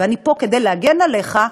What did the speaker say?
ואני פה כדי להגן עליך,